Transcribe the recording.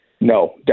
no